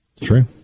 True